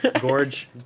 Gorge